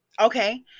okay